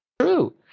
true